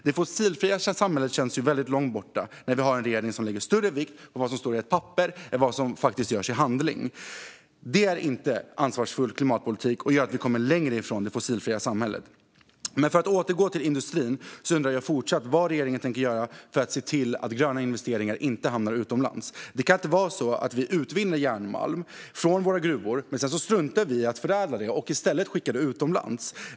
Det fossilfria samhället känns väldigt långt borta när vi har en regering som lägger större vikt vid vad som står på ett papper än vad som faktiskt görs i handling. Det är inte ansvarsfull klimatpolitik, och det gör att vi kommer längre från det fossilfria samhället. För att återgå till industrin undrar jag fortfarande vad regeringen tänker göra för att se till att gröna investeringar inte hamnar utomlands. Det kan inte vara så att vi utvinner järnmalm från våra gruvor och sedan struntar i att förädla den och i stället skickar den utomlands.